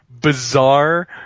bizarre